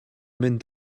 mynd